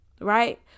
right